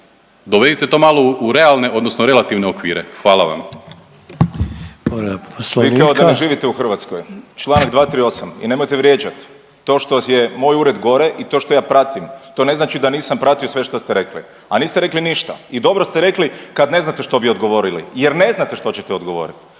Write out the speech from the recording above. Dovedite to malo u realne, odnosno relativne okvire. Hvala vam.